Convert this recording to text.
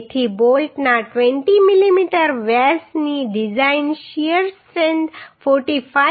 તેથી બોલ્ટના 20 મીમી વ્યાસની ડિઝાઇન શીયર સ્ટ્રેન્થ 45